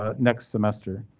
ah next semester,